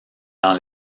dans